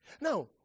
Now